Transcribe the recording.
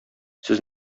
сез